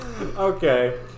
Okay